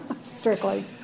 strictly